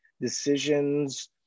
decisions